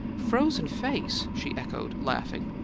frozen face she echoed, laughing.